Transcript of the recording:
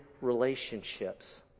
relationships